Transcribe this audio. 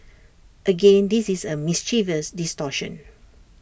again this is A mischievous distortion